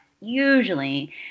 usually